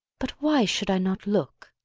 but why should i not look?